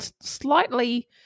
slightly